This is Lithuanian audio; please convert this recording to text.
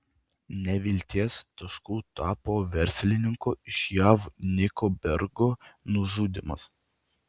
nevilties tašku tapo verslininko iš jav nicko bergo nužudymas